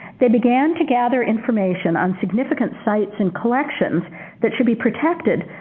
they began to gather information on significant sites and collections that should be protected,